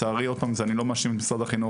לצערי, עוד פעם, אני לא מאשים את משרד החינוך.